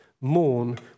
mourn